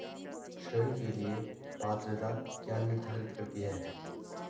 ऋण के लिए पात्रता क्या निर्धारित करती है?